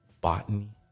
botany